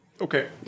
okay